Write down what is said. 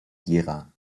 gera